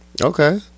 Okay